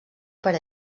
per